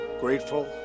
grateful